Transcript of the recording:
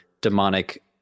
demonic